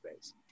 space